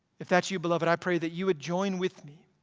if that's you beloved, i pray that you would join with me